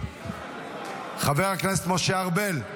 חבר הכנסת משה ארבל,